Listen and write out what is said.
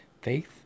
faith